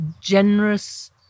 generous